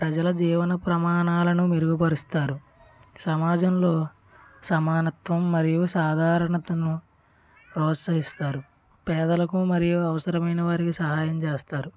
ప్రజల జీవన ప్రమాణాలను మెరుగు పరుస్తారు సమాజంలో సమానత్వం మరియు సాధారణత్వమును ప్రోత్సహిస్తారు పేదలకు మరియు అవసరమైన వారికి సహాయం చేస్తారు